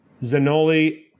Zanoli